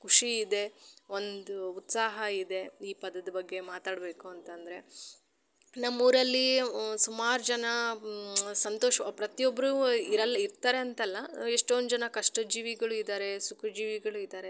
ಕುಷಿ ಇದೆ ಒಂದು ಉತ್ಸಾಹ ಇದೆ ಈ ಪದದ ಬಗ್ಗೆ ಮಾತಾಡಬೇಕು ಅಂತಂದರೆ ನಮ್ಮ ಊರಲ್ಲೀ ಸುಮಾರು ಜನ ಸಂತೋಷ ಪ್ರತಿಯೊಬ್ಬರೂ ಇರೋಲ್ಲ ಇರ್ತಾರೆ ಅಂತ ಅಲ್ಲ ಎಷ್ಟೊಂದು ಜನ ಕಷ್ಟದ ಜೀವಿಗಳು ಇದ್ದಾರೆ ಸುಖದ್ ಜೀವಿಗಳು ಇದ್ದಾರೆ